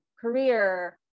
career